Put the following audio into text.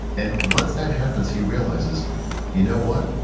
and once that happens he realizes you know what?